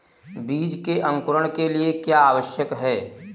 बीज के अंकुरण के लिए क्या आवश्यक है?